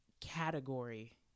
category